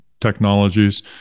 technologies